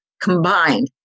combined